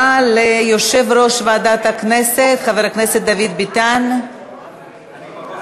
47 חברי כנסת בעד, 30 נגד, אין נמנעים.